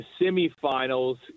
semifinals